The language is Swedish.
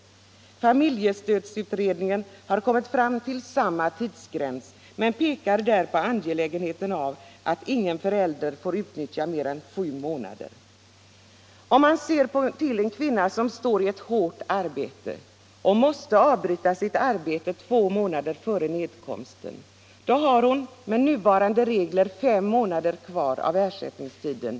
Familjestödsutredningen har kommit fram till samma tidsgräns, men pekar på angelägenheten att ingen förälder får utnyttja mer än sju månader. En kvinna som står i ett hårt arbete och måste avbryta detta redan två månader före nedkomsten har med nuvarande regler fem månader kvar av ersättningstiden.